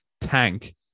tank